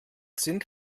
sind